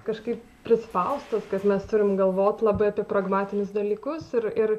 kažkaip prispaustos kas mes turim galvot labai apie pragmatinius dalykus ir ir